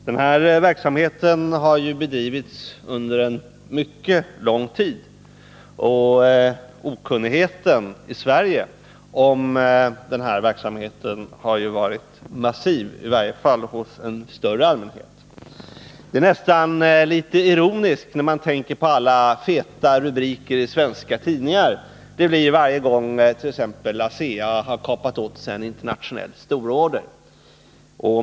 Den här verksamheten har ju bedrivits under mycket lång tid, och okunnigheten i Sverige om verksamheten har varit massiv, i varje fall hos en större allmänhet. Det är nästan litet ironiskt när man tänker på alla feta rubriker som svenska tidningar innehåller varje gång då t.ex. ASEA kapat åt sig en internationell stororder.